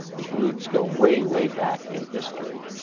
its roots go way, way back in history.